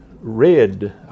read